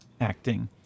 acting